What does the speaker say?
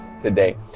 today